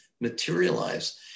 materialize